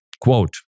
quote